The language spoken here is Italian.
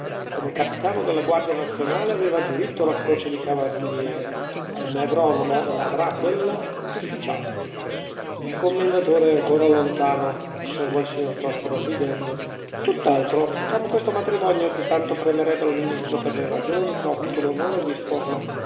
come capitano della guardia nazionale aveva diritto alla croce di cavaliere come agronomo l'avrà a quella d'ufficiale il commendatore è ancora lontano osservò il signor prospero ridendo tutt'altro facciamo questo matrimonio che tanto premerebbe al ministro per le ragioni che ho avuto l'onore di esporle